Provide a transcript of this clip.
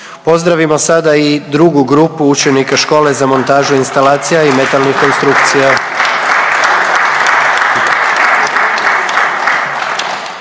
Pozdravimo sada i drugu grupu učenika Škole za montažu instalacija i metalnih konstrukcija